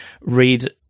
read